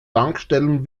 tankstellen